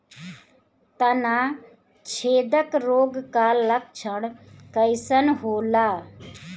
तना छेदक रोग का लक्षण कइसन होला?